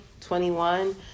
21